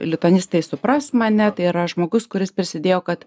lituanistai supras mane tai yra žmogus kuris prisidėjo kad